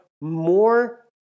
more